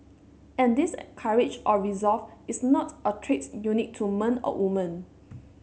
and this courage or resolve is not a trait unique to men or women